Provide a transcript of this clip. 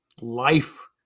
life